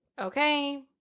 Okay